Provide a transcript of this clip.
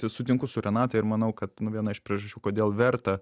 sutinku su renata ir manau kad nu viena iš priežasčių kodėl verta